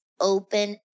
open